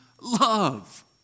love